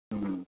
ம்